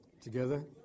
together